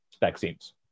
vaccines